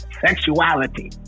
sexuality